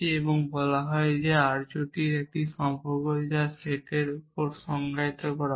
এবং বলা হয় যে মানুষটি আর্যটির একটি সম্পর্ক যা সেটের উপর সংজ্ঞায়িত করা হয়